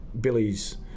Billy's